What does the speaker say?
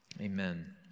Amen